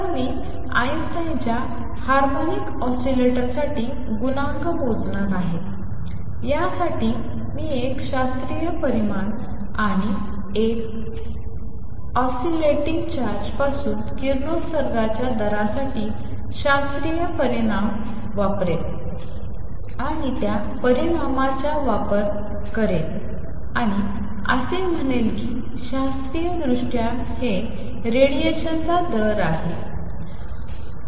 तर मी आइन्स्टाईनच्या हार्मोनिक ऑसीलेटरसाठी गुणांक मोजणार आहे यासाठी मी एक शास्त्रीय परिणाम आणि एक ऑसिलेटिंग चार्ज पासून किरणोत्सर्गाच्या दरासाठी शास्त्रीय परिणाम वापरेल आणि त्या परिणामाचा वापर करेल आणि असे म्हणेल की शास्त्रीयदृष्ट्या हे रेडिएशनचा दर आहे चार्ज